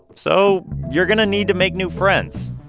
so you're going to need to make new friends,